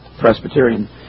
Presbyterian